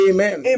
Amen